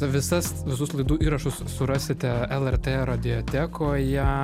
visas visus laidų įrašus surasite lrt radiotekoje